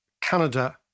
Canada